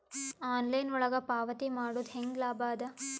Online ಒಳಗ ಪಾವತಿ ಮಾಡುದು ಹ್ಯಾಂಗ ಲಾಭ ಆದ?